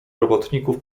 robotników